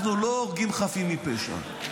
אנחנו לא הורגים חפים מפשע,